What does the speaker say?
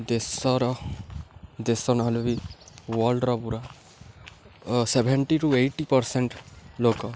ଦେଶର ଦେଶ ନହେଲେ ବି ୱାର୍ଲଡ଼ର ପୁରା ସେଭେଣ୍ଟି ଟୁ ଏଇଟି ପରସେଣ୍ଟ ଲୋକ